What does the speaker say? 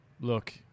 look